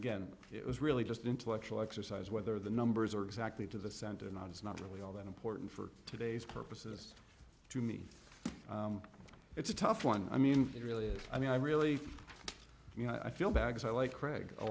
again it was really just an intellectual exercise whether the numbers are exactly to the center not it's not really all that important for today's purposes to me it's a tough one i mean it really is i mean i really you know i feel bad as i like cra